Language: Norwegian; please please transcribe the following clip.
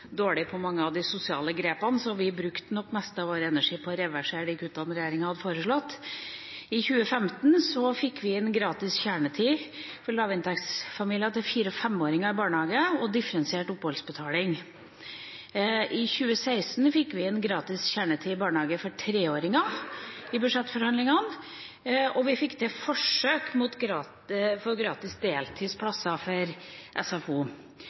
dårlig på mange av de sosiale grepene, så vi brukte nok det meste av vår energi på å reversere de kuttene regjeringa hadde foreslått. I 2015 fikk vi inn gratis kjernetid for lavinntektsfamilier til fire- og femåringer i barnehage og differensiert oppholdsbetaling. I 2016 fikk vi i budsjettforhandlingene inn gratis kjernetid i barnehage for treåringer, og vi fikk til forsøk med gratis deltidsplasser i SFO.